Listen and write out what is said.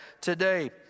today